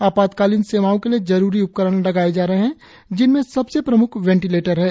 आपातकालीन सेवाओं के लिए जरुरी उपकरन लगाएं जा रहें जिनमें सबसे प्रमुख वेंटिलेटर हैं